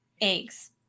eggs